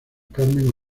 carmen